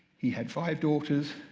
he had five daughters.